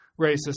racist